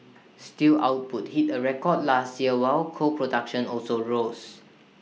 steel output hit A record last year while coal production also rose